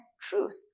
truth